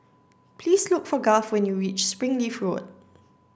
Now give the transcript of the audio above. please look for Garth when you reach Springleaf Road